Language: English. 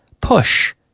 PUSH